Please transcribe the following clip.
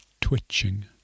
twitching